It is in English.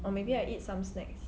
or maybe I eat some snacks